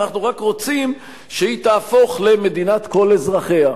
אנחנו רק רוצים שהיא תהפוך למדינת כל אזרחיה,